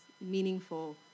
meaningful